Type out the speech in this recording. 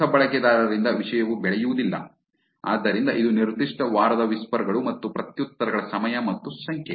ಹೊಸ ಬಳಕೆದಾರರಿಂದ ವಿಷಯವು ಬೆಳೆಯುವುದಿಲ್ಲ ಆದ್ದರಿಂದ ಇದು ನಿರ್ದಿಷ್ಟ ವಾರದ ವಿಸ್ಪರ್ ಗಳು ಮತ್ತು ಪ್ರತ್ಯುತ್ತರಗಳ ಸಮಯ ಮತ್ತು ಸಂಖ್ಯೆ